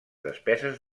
despeses